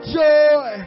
joy